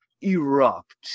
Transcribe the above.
erupt